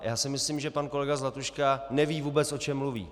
Já si myslím, že pan kolega Zlatuška neví vůbec, o čem mluví.